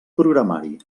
programari